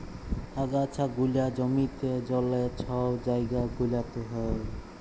আগাছা গুলা জমিতে, জলে, ছব জাইগা গুলাতে হ্যয়